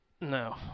No